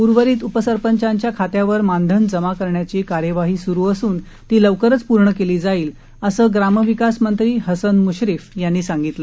उर्वरित उपसरपंचांच्या खात्यावर मानधन जमा करण्याची कार्यवाही सुरु असून ती लवकरच पूर्ण केली जाईल असं ग्रामविकास मंत्री हसन मुश्रीफ यांनी सांगितलं